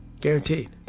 Guaranteed